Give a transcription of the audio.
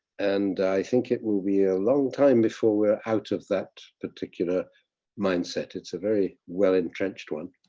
and i think it will be a long time before we're out of that particular mindset. it's a very well entrenched one,